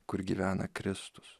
kur gyvena kristus